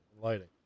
lighting